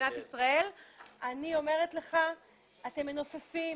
אני אומרת לך, אתם מנופפים